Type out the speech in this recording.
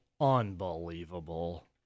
unbelievable